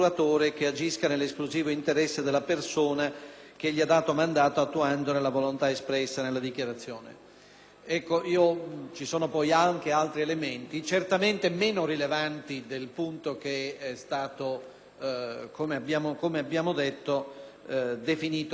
Ci sono poi anche altri elementi, certamente meno rilevanti del punto che è stato, come abbiamo detto, definito poco fa dall'Aula. Per tali motivazioni, ribadisco il parere contrario